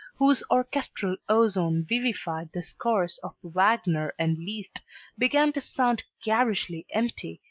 whose orchestral ozone vivified the scores of wagnerand liszt, began to sound garishly empty,